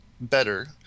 better